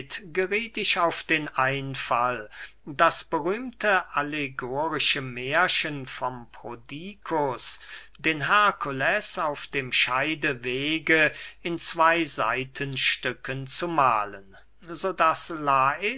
gerieth ich auf den einfall das berühmte allegorische mährchen vom prodikus den herkules auf dem scheidewege in zwey seitenstücken zu mahlen so daß